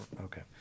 Okay